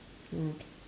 okay